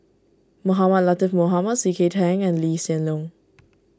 Mohamed Latiff Mohamed C K Tang and Lee Hsien Loong